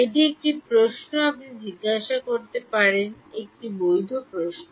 এটি একটি প্রশ্ন আপনি জিজ্ঞাসা করতে পারেন একটি বৈধ প্রশ্ন